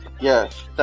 yes